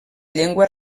llengua